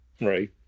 Right